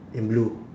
in blue